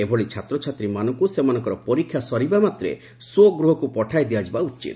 ଏଭଳି ଛାତ୍ରଛାତ୍ରୀମାନଙ୍କୁ ସେମାନଙ୍କର ପରୀକ୍ଷା ସରିବା ମାତ୍ରେ ସ୍ୱଗୃହକୁ ପଠାଇ ଦିଆଯିବା ଉଚିତ୍